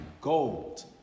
Gold